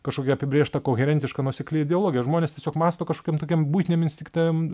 kažkokia apibrėžta koherentiška nuosekli ideologija žmonės tiesiog mąsto kažkokiam tokiam buitiniam instinktyviam